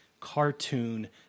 cartoon